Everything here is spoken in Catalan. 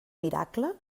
miracle